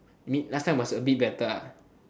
I mean last time it was a bit better ah